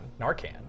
Narcan